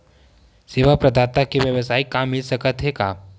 सेवा प्रदाता के वेवसायिक काम मिल सकत हे का?